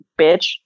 bitch